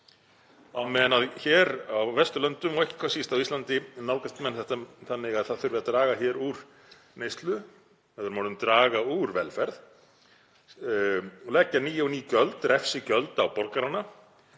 á meðan hér á Vesturlöndum og ekki hvað síst á Íslandi nálgast menn þetta þannig að það þurfi að draga úr neyslu, með öðrum orðum draga úr velferð, og leggja ný og ný gjöld, refsigjöld á borgarana,